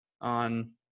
on